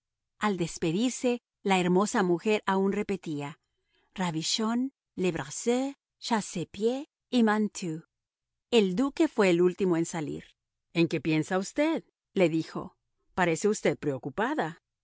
al despedirse la hermosa mujer aun repetía rabichon lebrasseur chassepie y mantoux el duque fue el último en salir en qué piensa usted le dijo parece usted preocupada